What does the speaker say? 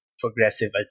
progressive